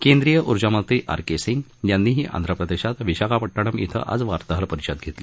केंद्रीय ऊर्जामंत्री R K Singh यांनीही आंध्रप्रदेशात विशाखापट्टणम ब्रें आज वार्ताहर परिषद घेतली